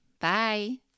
Bye